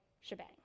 shebang